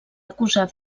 acusar